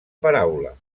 paraula